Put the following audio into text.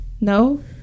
No